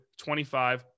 25